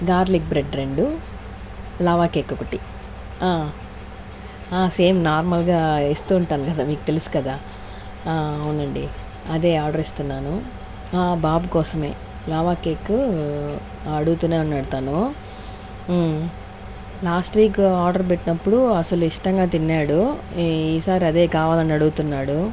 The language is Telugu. గార్లిక్ బ్రెడ్ రెండు లావా కేక్ ఒకటి సేమ్ నార్మల్గా ఇస్తూ ఉంటాను కదా మీకు తెలుసు కదా అవునండి అదే ఆర్డర్ ఇస్తున్నాను బాబు కోసమే లావా కేక్ అడుగుతూనే ఉన్నాడు తను లాస్ట్ వీక్ ఆర్డర్ పెట్టినప్పుడు అసలు ఇష్టంగా తిన్నేడు ఈ ఈ సారి అదే కావాలి అని అడుగుతున్నాడు